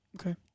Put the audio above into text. Okay